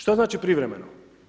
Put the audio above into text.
Šta znači privremeno?